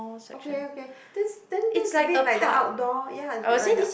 okay okay this then this is a bit like the outdoor ya it's been like the